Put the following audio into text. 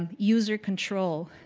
um user control,